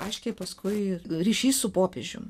aiškiai paskui ryšys su popiežium